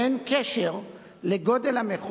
אז למה עושים, ואין קשר לגודל המחוז.